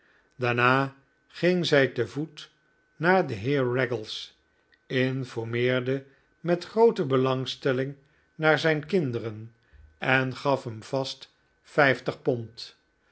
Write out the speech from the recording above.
daarna ging zij te voet naar den heer raggles informeerde met groote belangstelling naar zijn kinderen en gaf hem vast vijftig pond